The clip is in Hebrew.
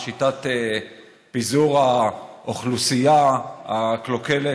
שיטת פיזור האוכלוסייה הקלוקלת.